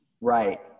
Right